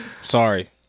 sorry